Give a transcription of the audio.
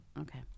Okay